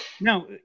now